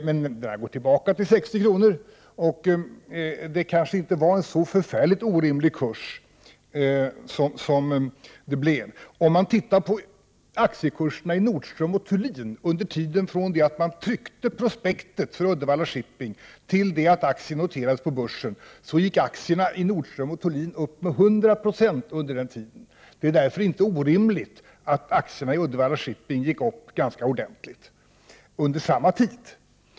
Den gick sedan tillbaka till 60 kr., och kursen kanske därför inte var så orimlig. Under tiden från det att man tryckte prospektet för Uddevalla Shipping till dess att aktien noterades på börsen gick aktiekurserna i Nordström & Thulin upp med 100 96. Det är därför inte orimligt att aktierna i Uddevalla Shipping gick upp ganska ordentligt under samma tid.